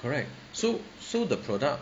correct so so the product